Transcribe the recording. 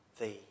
thee